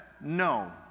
no